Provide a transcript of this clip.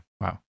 Wow